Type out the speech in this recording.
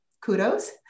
kudos